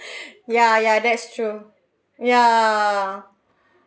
ya ya that's true ya